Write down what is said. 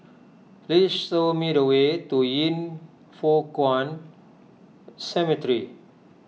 please show me the way to Yin Foh Kuan Cemetery